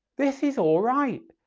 this is all right.